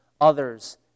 others